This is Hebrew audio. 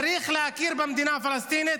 צריך להכיר במדינה פלסטינית